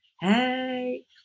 Hey